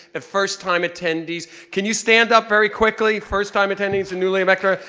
the first-time attendees. can you stand up very quickly, first-time attendees and newly-elected